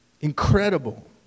Incredible